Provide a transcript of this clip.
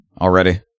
already